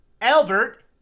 Albert